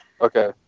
Okay